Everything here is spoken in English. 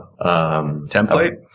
template